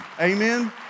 Amen